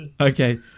Okay